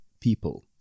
people